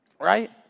right